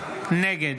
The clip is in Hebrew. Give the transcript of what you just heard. נגד